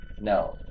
No